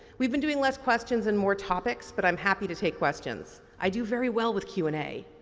we've been doing less questions and more topics but i'm happy to take questions. i do very well with q and a.